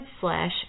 slash